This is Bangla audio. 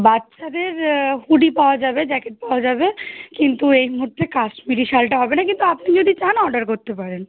বাচ্ছাদের হুডি পাওয়া যাবে জ্যাকেট পাওয়া যাবে কিন্তু এর মধ্যে কাশ্মীরি সালটা হবে না কিন্তু আপনি যদি চান অর্ডার করতে পারেন